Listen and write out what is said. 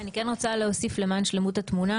אני כן רוצה להוסיף למען שלמות התמונה.